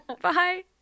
Bye